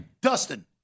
Dustin